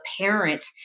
parent